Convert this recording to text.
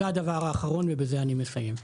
הדבר האחרון ובזה אני מסיים.